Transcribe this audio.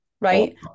right